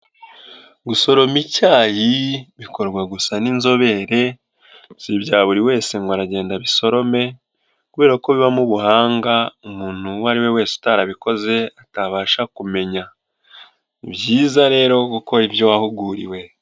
Gusoroma icyayi bikorwa gusa n'inzobere si ibya buri wese ngo aragenda abisorome kubera ko bibamo ubuhanga umuntu uwo ari we wese utarabikoze atabasha kumenya. Ni byiza rero gukora ibyo wahuguriwe.